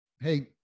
Hey